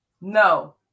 No